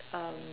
um